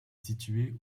située